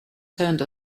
turned